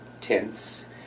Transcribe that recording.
Tents